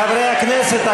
חברי הכנסת,